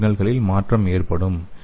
R சிக்னல்களில் மாற்றம் எற்படும்